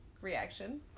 reaction